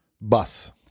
bus